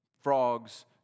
frogs